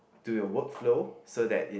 to your work flow so that it